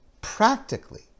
practically